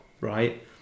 right